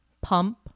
Pump